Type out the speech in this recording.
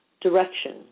direction